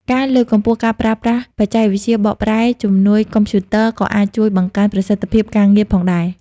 ការលើកកម្ពស់ការប្រើប្រាស់បច្ចេកវិទ្យាបកប្រែជំនួយកុំព្យូទ័រ ក៏អាចជួយបង្កើនប្រសិទ្ធភាពការងារផងដែរ។